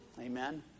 Amen